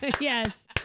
yes